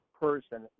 person